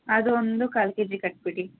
ಅದು ಒಂದು ಕಾಲು ಕೆ ಜಿ ಕಟ್ಟಿಬಿಡಿ